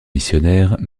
missionnaires